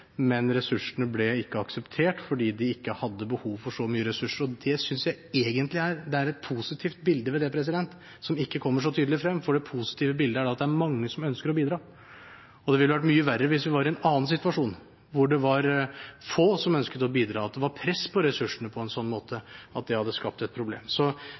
men ressursene ble ikke akseptert fordi de ikke hadde behov for så mye ressurser. Jeg synes egentlig det er et positivt bilde ved det, som ikke kommer så tydelig frem, at det er mange som ønsker å bidra. Det ville vært mye verre hvis vi var i en annen situasjon, hvor det var få som ønsket å bidra – at det var press på ressursene på en sånn måte at det hadde skapt et problem. Hvis en ser dette i det litt store bildet, er det egentlig bra at det er så